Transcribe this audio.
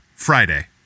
Friday